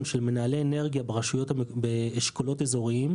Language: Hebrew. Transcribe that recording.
של מנהלי אנרגיה באשכולות אזוריים.